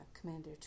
Commander